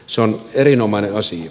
se on erinomainen asia